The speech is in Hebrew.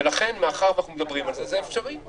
ולכן מאחר שאנחנו מדברים על זה, זה אפשרי.